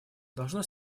должно